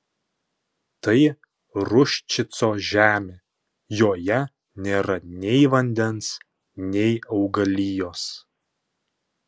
tai ruščico žemė joje nėra nei vandens nei augalijos